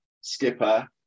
skipper